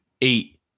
Eight